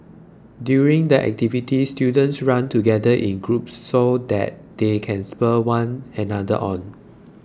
during the activity students run together in groups so that they can spur one another on